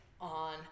on